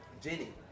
Jenny